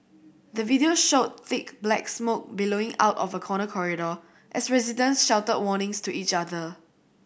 the video showed thick black smoke billowing out of a corner corridor as residents shouted warnings to each other